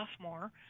sophomore